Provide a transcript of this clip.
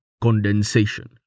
condensation